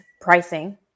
pricing